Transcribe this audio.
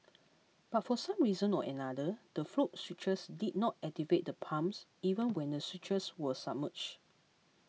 but for some reason or another the float switches did not activate the pumps even when the switches were submerged